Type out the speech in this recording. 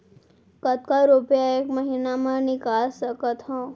कतका रुपिया एक महीना म निकाल सकथव?